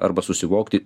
arba susivokti